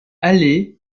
aller